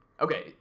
Okay